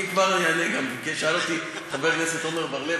אני כבר אענה, שאל אותי גם חבר הכנסת עמר בר-לב.